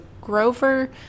Grover